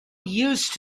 used